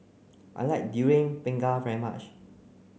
I like durian pengat very much